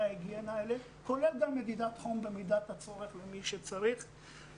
ההיגיינה האלה כולל גם מדידת חום במידת הצורך למי שצריך.